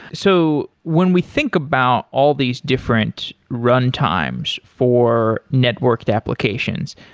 so when we think about all these different runtimes for networked applications,